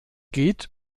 geht